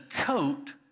coat